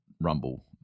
Rumble